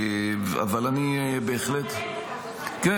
גם לא אתה אחראי, כאילו שר המשפטים.